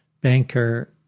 banker